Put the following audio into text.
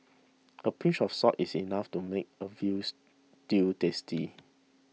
a pinch of salt is enough to make a Veal Stew tasty